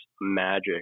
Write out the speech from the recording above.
magic